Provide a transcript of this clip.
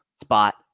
spot